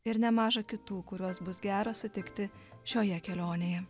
ir nemaža kitų kuriuos bus gera sutikti šioje kelionėje